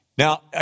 Now